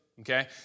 Okay